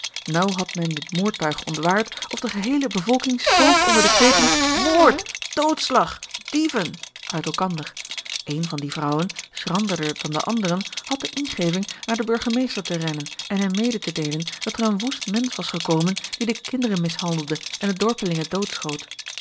naauw had men dit moordtuig ontwaard of de geheele bevolking stoof onder de kreten moord doodslag dieven uit elkander eene van die vrouwen schranderder dan de anderen had de ingeving naar den burgemeester te rennen en hem mede te deelen dat er een woest mensch was gekomen die de kinderen mishandelde en de dorpelingen